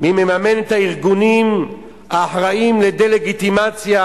מי מממן את הארגונים האחראים לדה-לגיטימציה